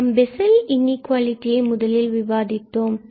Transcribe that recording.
நாம் பெசல் இன்இகுவாலிடியை முதலில் விவாதித்தோம்